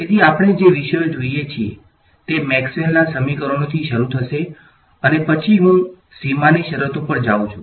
તેથી આપણે જે વિષયો જોઈએ છીએ તે મેક્સવેલના સમીકરણોથી શરૂ થશે અને પછી હું સીમાની શરતો પર જાઉં છું